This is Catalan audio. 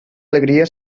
alegria